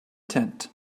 tent